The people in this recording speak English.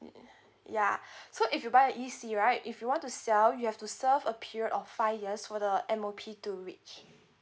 ya so if you buy a E_C right if you want to sell you have to serve a period of five years for the M_O_P to reach